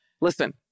listen